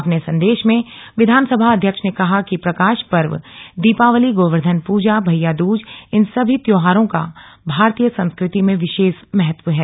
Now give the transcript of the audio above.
अपने संदेश में विधानसभा अध्यक्ष ने कहा कि प्रकाश पर्व दीपावली गोवर्धन पूजा भैया दूज इन सभी तयोहारों का भारतीय संस्कृति में विशेष महत्व है